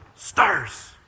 stars